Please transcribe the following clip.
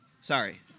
Sorry